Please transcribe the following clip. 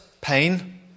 pain